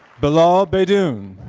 bilal ah baydoun.